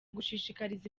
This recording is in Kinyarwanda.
gushishikariza